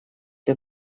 для